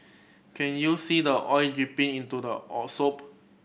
can you see the oil dripping into the all soup